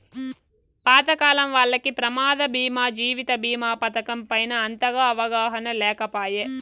పాతకాలం వాల్లకి ప్రమాద బీమా జీవిత బీమా పతకం పైన అంతగా అవగాహన లేకపాయె